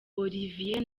olivier